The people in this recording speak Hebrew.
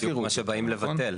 נכון.